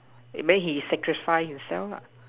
it mean he sacrifice himself lah